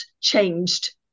changed